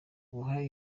guha